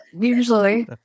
usually